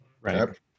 Right